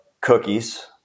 cookies